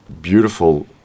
beautiful